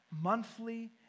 monthly